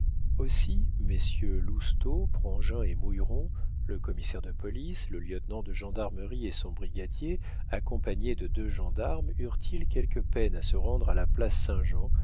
aussi messieurs lousteau prangin et mouilleron le commissaire de police le lieutenant de gendarmerie et son brigadier accompagné de deux gendarmes eurent-ils quelque peine à se rendre à la place saint-jean